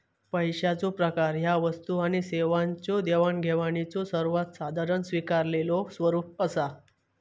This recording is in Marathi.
पैशाचो प्रकार ह्या वस्तू आणि सेवांच्यो देवाणघेवाणीचो सर्वात साधारण स्वीकारलेलो स्वरूप असा